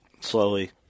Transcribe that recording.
slowly